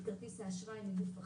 את כרטיס האשראי מגוף אחר,